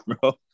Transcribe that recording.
bro